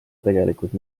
tegelikult